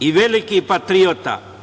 i veliki patriota